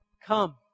Come